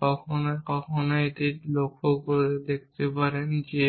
কারণ কখনও কখনও লক্ষ্যটি দেখাতে পারে যে